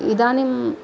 इदानीं